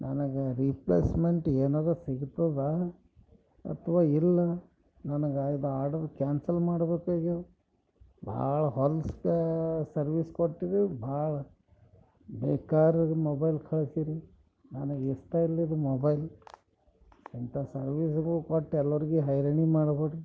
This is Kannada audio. ನನಗೆ ರಿಪ್ಲೇಸ್ಮೆಂಟ್ ಏನರ ಸಿಗ್ತದ ಅಥವಾ ಇಲ್ಲ ನನಗೆ ಇದು ಆರ್ಡರ್ ಕ್ಯಾನ್ಸಲ್ ಮಾಡಬೇಕಾಗ್ಯದ ಭಾಳ ಹೊಲ್ಸು ಸರ್ವಿಸ್ ಕೊಟ್ಟಿರಿ ಭಾಳ್ ಬೇಕಾರದ್ ಮೊಬೈಲ್ ಕಳ್ಸೀರಿ ನನಗಿಷ್ಟ ಇಲ್ಲದ ಮೊಬೈಲ್ ಇಂಥ ಸರ್ವಿಸ್ಗಳ್ ಕೊಟ್ಟು ಎಲ್ಲಾರಿಗೂ ಹೈರಾಣಿ ಮಾಡ್ಬಾಡಿ